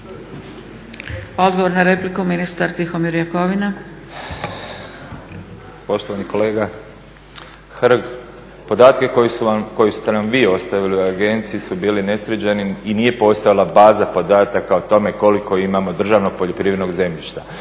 Odgovor na repliku ministar Tihomir Jakovina. **Jakovina, Tihomir (SDP)** Poštovani kolega Hrg, podatke koje ste nam vi ostavili u agenciji su bili nesređeni i nije postajala baza podataka o tome koliko imamo državnog poljoprivrednog zemljišta.